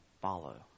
follow